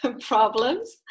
problems